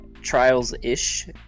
Trials-ish